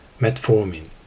Metformin